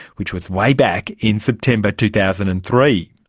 which was way back in september two thousand and three.